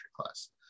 class